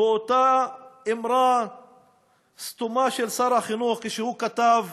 באותה אִמרה סתומה של שר החינוך, כשהוא כתב